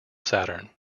saturn